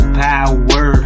power